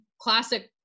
classic